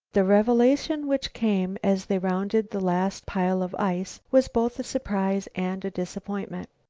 the revelation which came as they rounded the last pile of ice was both a surprise and a disappointment.